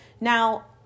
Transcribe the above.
Now